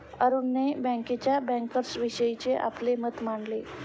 अरुणने बँकेच्या बँकर्सविषयीचे आपले मत मांडले